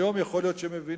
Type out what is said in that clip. היום יכול להיות שמבינים,